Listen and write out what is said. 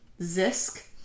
Zisk